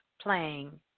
playing